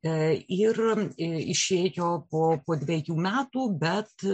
ir išėjo po dvejų metų bet